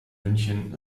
münchen